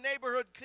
neighborhood